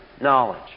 knowledge